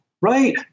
Right